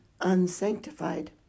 unsanctified